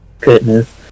Goodness